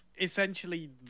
essentially